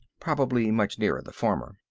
probably much nearer the former.